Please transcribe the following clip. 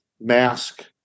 mask